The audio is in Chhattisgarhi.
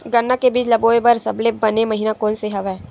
गन्ना के बीज ल बोय बर सबले बने महिना कोन से हवय?